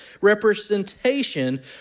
representation